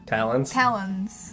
Talons